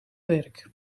werk